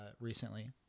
recently